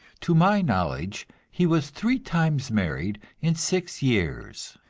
to my knowledge he was three times married in six years,